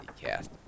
cast